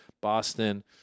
Boston